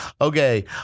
Okay